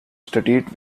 studied